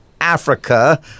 Africa